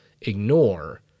ignore